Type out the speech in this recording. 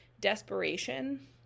desperation